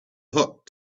hook